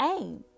aim